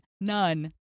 none